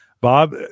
Bob